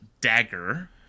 Dagger